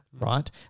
right